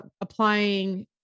applying